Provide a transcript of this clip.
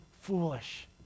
foolish